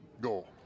go